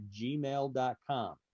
gmail.com